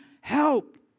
help